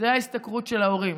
שזו ההשתכרות של ההורים,